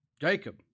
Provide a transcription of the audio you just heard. Jacob